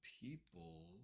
people